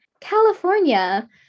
California